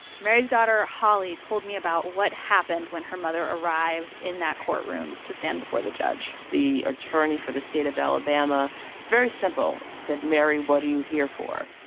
mary's daughter, holly, told me about what happened when her mother arrived in that courtroom to stand before the judge the attorney for the state of alabama it's very simple said, mary, what are you here for?